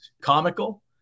comical